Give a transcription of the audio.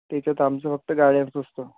त्याच्यात आमचं फक्तं गाड्यांचं असतं